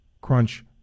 crunch